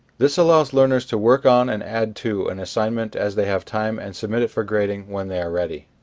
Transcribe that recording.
this allows learners to work on and add to an assignment as they have time and submit it for grading when they are ready.